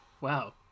Wow